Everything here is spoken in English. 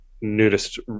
nudist